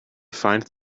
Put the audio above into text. find